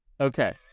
Okay